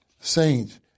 saints